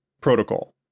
Protocol